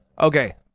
Okay